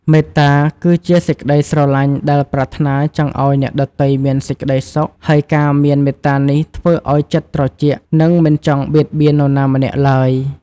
មេត្តា គឺជាសេចក្តីស្រឡាញ់ដែលប្រាថ្នាចង់ឲ្យអ្នកដទៃមានសេចក្តីសុខ ហើយការមានមេត្តានេះធ្វើឲ្យចិត្តត្រជាក់ និងមិនចង់បៀតបៀននរណាម្នាក់ឡើយ។